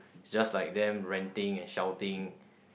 just like them ranting and shouting